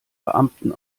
beamten